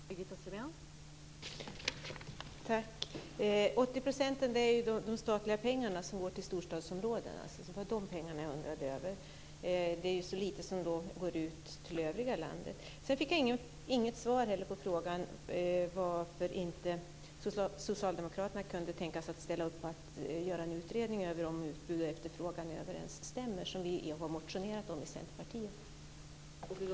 Fru talman! Det är 80 % av de statliga pengarna som går till storstadsområdena. Det var de pengarna jag undrade över. Det är så lite som går ut till övriga landet. Sedan fick jag heller inget svar på frågan varför Socialdemokraterna inte kan tänka sig att ställa upp på att göra en utredning om utbud och efterfrågan överensstämmer, som vi i Centerpartiet har motionerat om.